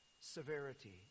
severity